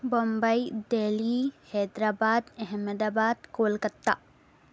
Bombay Delhi Hyderabad Ahmedabad Kolkata